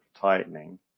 tightening